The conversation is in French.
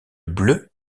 bleu